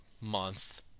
month